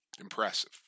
Impressive